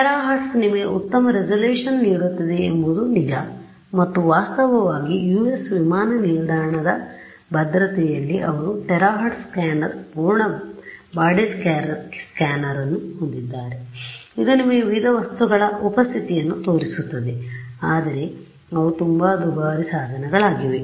terahertz ನಿಮಗೆ ಉತ್ತಮ resolution ನೀಡುತ್ತದೆ ಎಂಬುದು ನಿಜ ಮತ್ತು ವಾಸ್ತವವಾಗಿ US ವಿಮಾನ ನಿಲ್ದಾಣದ ಭದ್ರತೆಯಲ್ಲಿ ಅವರು ಟೆರಾಹೆರ್ಟ್ಜ್ ಸ್ಕ್ಯಾನರ್ ಪೂರ್ಣ ಬಾಡಿ ಸ್ಕ್ಯಾನರ್ ಅನ್ನು ಹೊಂದಿದ್ದಾರೆ ಇದು ನಿಮಗೆ ವಿವಿಧ ವಸ್ತುಗಳ ಉಪಸ್ಥಿತಿಯನ್ನು ತೋರಿಸುತ್ತದೆ ಆದರೆ ಅವು ತುಂಬಾ ದುಬಾರಿ ಸಾಧನಗಳಾಗಿವೆ